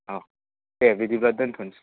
औ दे बिदिबा दोनथ'नोसै सार